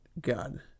God